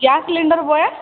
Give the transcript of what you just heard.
gas cylinder boy